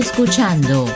Escuchando